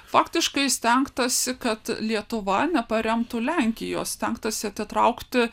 faktiškai stengtasi kad lietuva neparemtų lenkijos stengtasi atitraukti